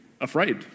afraid